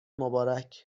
مبارک